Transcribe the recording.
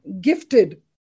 gifted